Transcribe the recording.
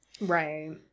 right